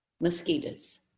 mosquitoes